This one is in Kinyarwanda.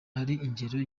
ingero